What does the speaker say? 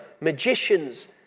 Magicians